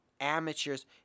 amateurs